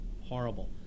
horrible